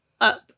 up